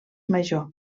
major